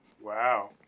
Wow